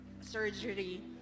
surgery